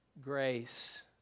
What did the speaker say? grace